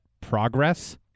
progress